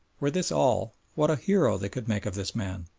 were this all, what a hero they could make of this man!